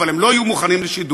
אבל הם לא יהיו מוכנים לשידור.